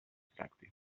tracti